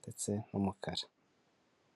ndetse n'umukara.